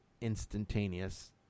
instantaneous